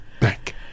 back